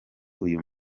uyu